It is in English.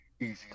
easy